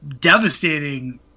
devastating